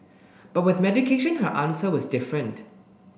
but with medication her answer was different